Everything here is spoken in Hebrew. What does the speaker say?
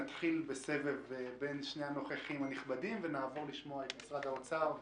נתחיל בין שני הנוכחים הנכבדים ונעבור לשמוע את משרד האוצר.